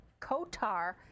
Kotar